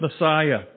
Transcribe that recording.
Messiah